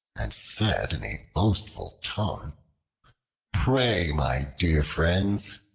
and said in a boastful tone pray, my dear friends,